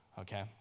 okay